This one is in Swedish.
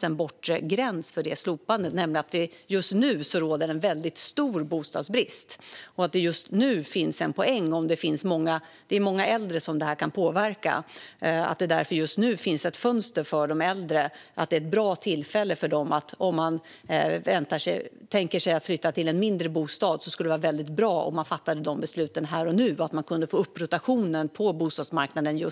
den bortre gränsen för det slopandet, nämligen att det just nu råder en väldigt stor bostadsbrist. Detta kan påverka många äldre, och det finns därför just nu ett fönster för de äldre. För den som tänker sig att flytta till en mindre bostad är det bra om de besluten fattas här och nu så att man får upp rotationen på bostadsmarknaden.